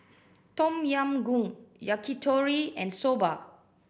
Tom Yam Goong Yakitori and Soba